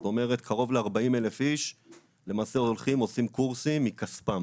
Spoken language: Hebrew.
זאת אומרת קרוב ל-40,000 איש למעשה עושים קורסים מכספם